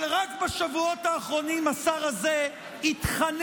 אבל רק בשבועות האחרונים השר הזה התחנן